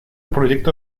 proyecto